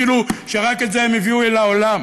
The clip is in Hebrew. כאילו רק את זה הם הביאו אל העולם.